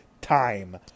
time